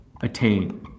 Attain